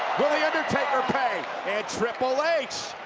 will the undertaker pay? and triple h.